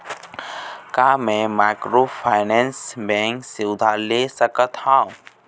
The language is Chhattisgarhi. का मैं माइक्रोफाइनेंस बैंक से उधार ले सकत हावे?